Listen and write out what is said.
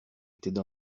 étaient